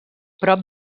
prop